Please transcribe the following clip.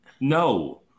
no